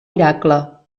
miracle